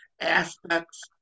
aspects